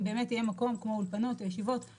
אם באמת יהיה מקום כמו אולפנות או ישיבות,